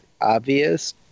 obvious